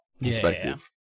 perspective